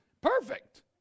perfect